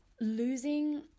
losing